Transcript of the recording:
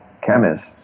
chemist